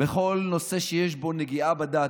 בכל נושא שיש בו נגיעה בדת,